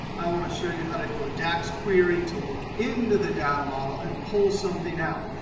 i want to show you how to do a dax query to look into the data model and pull something out.